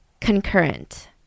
concurrent